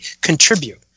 contribute